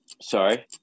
Sorry